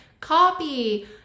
copy